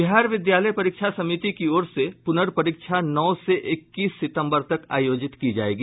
बिहार विद्यालय परीक्षा समिति की ओर से प्रनर्परीक्षा नौ से इक्कीस सितम्बर तक आयोजित की जायेगी